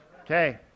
Okay